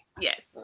Yes